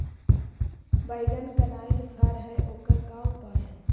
बैगन कनाइल फर है ओकर का उपाय है?